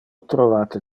trovate